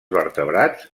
vertebrats